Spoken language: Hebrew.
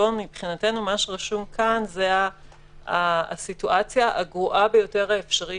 בחשבון מבחינתנו שמה שרשום כאן זו הסיטואציה הגרועה ביותר האפשרית,